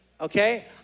Okay